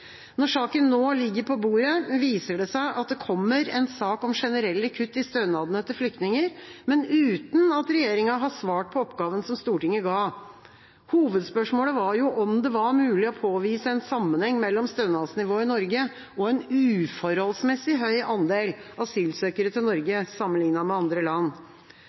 Når saken nå ligger på bordet, viser det seg at det kommer en sak om generelle kutt i stønadene til flyktninger, men uten at regjeringa har svart på oppgaven som Stortinget ga. Hovedspørsmålet var jo om det var mulig å påvise en sammenheng mellom stønadsnivået i Norge og en uforholdsmessig høy andel asylsøkere til Norge, sammenlignet med andre land.